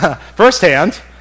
firsthand